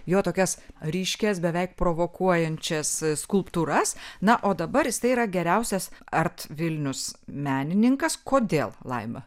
jo tokias ryškias beveik provokuojančias skulptūras na o dabar jisai yra geriausias art vilnius menininkas kodėl laima